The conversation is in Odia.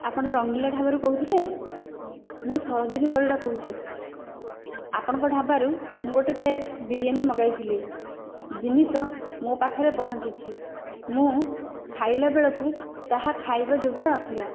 ଆପଣ ରଙ୍ଗିଲା ଢାବାରୁ କହୁଥିଲେ ମୁଁ ସରୋଜିନି ପରିଡ଼ା କହୁଛି ଆପଣଙ୍କ ଢାବାରୁ ମୁଁ ଗୋଟିଏ ପ୍ଲେଟ ବିରିୟାନୀ ମଗାଇଥିଲି ଜିନିଷ ମୋ ପାଖରେ ପହଞ୍ଚିଛି ମୁଁ ଖାଇଲା ବେଳକୁ ତାହା ଖାଇବା ଯୋଗ୍ୟ ନଥିଲା